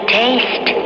taste